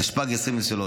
התשפ"ג 2023,